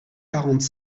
quarante